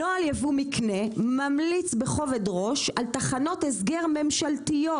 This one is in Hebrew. נוהל יבוא מקנה ממליץ בכובד ראש על תחנות הסגר ממשלתיות,